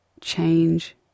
change